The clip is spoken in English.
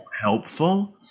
helpful